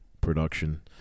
Production